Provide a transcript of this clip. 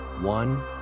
One